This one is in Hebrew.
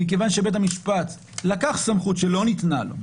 מכיוון שבית המשפט לקח סמכות שלא ניתנה לו,